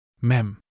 Mem